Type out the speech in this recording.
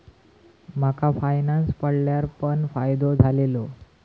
माका फायनांस पडल्यार पण फायदो झालेलो